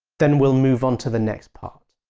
then we'll move on to the next part.